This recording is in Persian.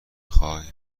خوایی